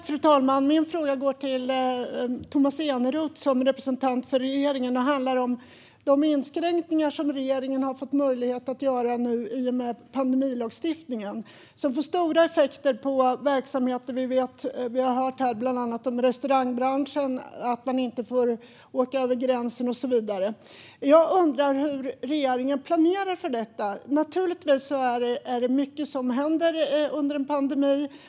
Fru talman! Min fråga går till Tomas Eneroth, som är representant för regeringen. Den handlar om de inskränkningar som regeringen har fått möjlighet att göra i och med pandemilagstiftningen och som får stora effekter för verksamheter. Vi har hört här i kammaren om bland annat restaurangbranschen, att man inte får åka över gränsen och så vidare. Jag undrar hur regeringen planerar för detta. Det är naturligtvis mycket som händer under en pandemi.